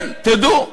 כן, תדעו.